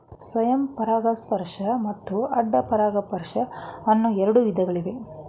ಸ್ವಯಂ ಪರಾಗಸ್ಪರ್ಶ ಮತ್ತು ಅಡ್ಡ ಪರಾಗಸ್ಪರ್ಶ ಅನ್ನೂ ಎರಡು ವಿಧಗಳಿವೆ